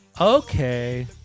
Okay